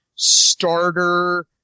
Starter